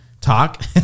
talk